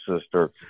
sister